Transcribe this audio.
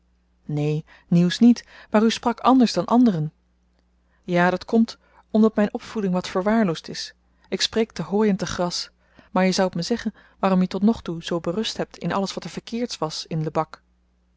neen nieuws niet maar u sprak anders dan anderen ja dat komt omdat myn opvoeding wat verwaarloosd is ik spreek te hooi en te gras maar je zoudt me zeggen waarom je tot nog toe zoo berust hebt in alles wat er verkeerds was in lebak